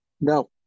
No